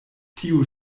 tio